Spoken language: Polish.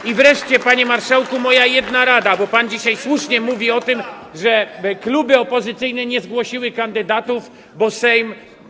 I wreszcie, panie marszałku, moja jedna rada - bo pan dzisiaj słusznie mówi o tym, że kluby opozycyjne nie zgłosiły kandydatów, bo Sejm.